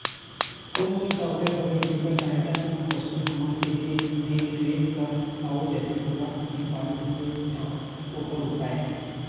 कोन कौन सा उपाय हवे जेकर सहायता से हम पशु हमन के देख देख रेख कर पाबो जैसे गरवा कुकरी पालना हवे ता ओकर उपाय?